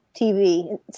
TV